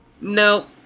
Nope